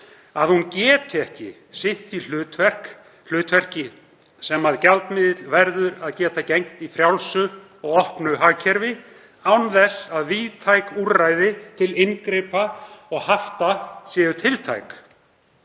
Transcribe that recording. að hún geti ekki sinnt því hlutverki sem gjaldmiðill verður að geta gegnt í frjálsu og opnu hagkerfi án þess að víðtæk úrræði til inngripa og hafta séu tiltæk.